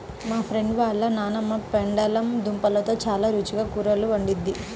మా ఫ్రెండు వాళ్ళ నాన్నమ్మ పెండలం దుంపలతో చాలా రుచిగా కూరలు వండిద్ది